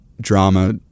drama